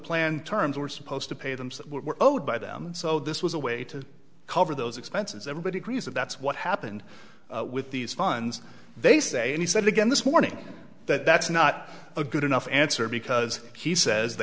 plan terms were supposed to pay them some were owed by them so this was a way to cover those expenses everybody agrees that that's what happened with these funds they say and he said again this morning that that's not a good enough answer because he says they